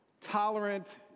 Tolerant